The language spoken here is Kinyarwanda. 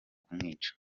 kumwica